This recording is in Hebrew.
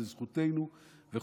זאת זכותנו וחובתנו.